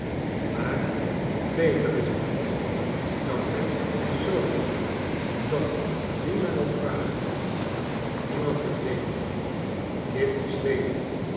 maar beter is het nog dat men het zoo doet dat wie men ook vragen mag niemand het weet kitty zweeg